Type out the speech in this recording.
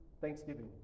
Thanksgiving